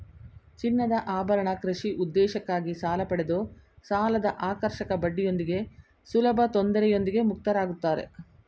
ಚಿನ್ನದಆಭರಣ ಕೃಷಿ ಉದ್ದೇಶಕ್ಕಾಗಿ ಸಾಲಪಡೆದು ಸಾಲದಆಕರ್ಷಕ ಬಡ್ಡಿಯೊಂದಿಗೆ ಸುಲಭತೊಂದರೆಯೊಂದಿಗೆ ಮುಕ್ತರಾಗುತ್ತಾರೆ